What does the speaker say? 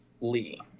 lee